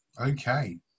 Okay